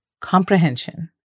Comprehension